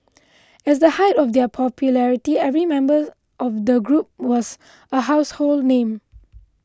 as the height of their popularity every member of the group was a household name